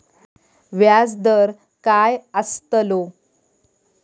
व्याज दर काय आस्तलो?